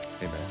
amen